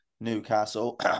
Newcastle